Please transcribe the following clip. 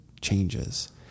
changes